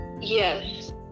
Yes